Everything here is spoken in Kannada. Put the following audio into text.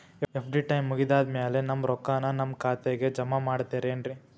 ಎಫ್.ಡಿ ಟೈಮ್ ಮುಗಿದಾದ್ ಮ್ಯಾಲೆ ನಮ್ ರೊಕ್ಕಾನ ನಮ್ ಖಾತೆಗೆ ಜಮಾ ಮಾಡ್ತೇರೆನ್ರಿ?